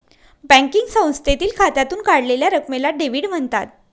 banking संस्थेतील खात्यातून काढलेल्या रकमेला डेव्हिड म्हणतात